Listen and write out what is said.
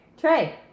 Trey